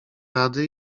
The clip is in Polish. rady